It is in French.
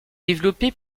développé